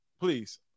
please